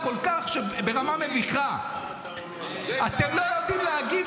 אתם כל כך מבולבלים -- אתה לא יודע שהוא סגן